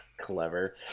Clever